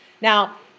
Now